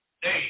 hey